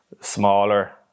smaller